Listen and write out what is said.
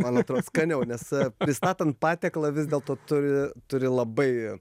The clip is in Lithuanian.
man atrod skaniau nes pristatant patiekalą vis dėlto turi turi labai